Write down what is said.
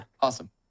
Awesome